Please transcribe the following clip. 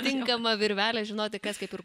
tinkamą virvelę žinoti kas kaip ir